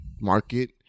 market